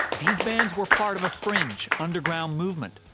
these bands were part of a fringe, underground movement.